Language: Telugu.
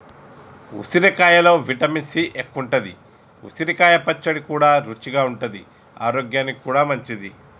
ఉసిరికాయలో విటమిన్ సి ఎక్కువుంటది, ఉసిరికాయ పచ్చడి కూడా రుచిగా ఉంటది ఆరోగ్యానికి కూడా మంచిది